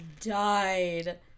died